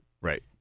Right